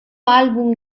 album